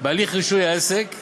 בהליך רישוי העסק בעירייה,